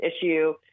issue